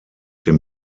dem